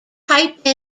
type